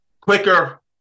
Quicker